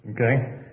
okay